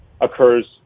occurs